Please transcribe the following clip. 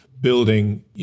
building